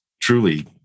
truly